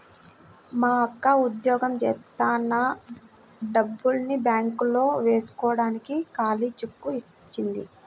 మా అక్క ఉద్యోగం జేత్తన్న డబ్బుల్ని బ్యేంకులో వేస్కోడానికి ఖాళీ చెక్కుని ఇచ్చింది